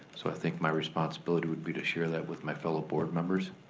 so i think my responsibility would be to share that with my fellow board members.